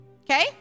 okay